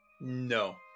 No